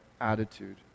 attitude